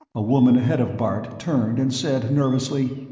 a woman ahead of bart turned and said nervously,